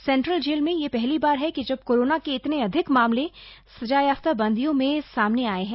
central jail में यह पहली बार है जब कोरोना के इतने अधिक मामले सजायाफ्ता बंदियों में सामने आये हैं